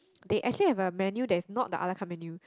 they actually have a menu that is not the a-la-carte menu